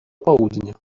południa